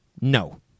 No